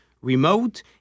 remote